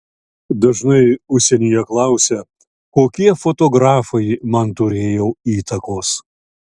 dažnai užsienyje klausia kokie fotografai man turėjo įtakos